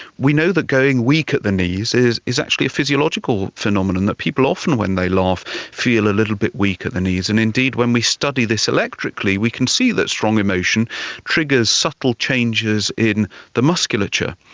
we know that going weak at the knees is is actually a physiological phenomenon, that people often when they laugh feel a little bit weak at the knees, and indeed when we study this electrically we can see that strong emotion triggers subtle changes in the musculature.